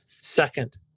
Second